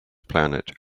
planet